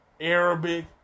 Arabic